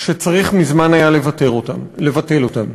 שהיה צריך מזמן לבטל אותן.